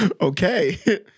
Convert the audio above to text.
Okay